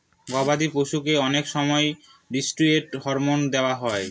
গবাদি পশুদেরকে অনেক সময় ষ্টিরয়েড হরমোন দেওয়া হয়